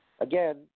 Again